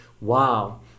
wow